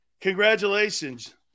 Congratulations